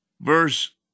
Verse